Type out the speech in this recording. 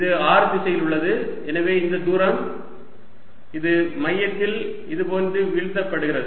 இது r திசையில் உள்ளது எனவே இந்த தூரம் இது மையத்தில் இதுபோன்று வீழ்த்தப்படுகிறது